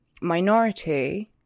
minority